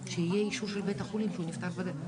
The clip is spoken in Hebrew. שיהיה אישור של בית החולים שהוא נפטר בדרך.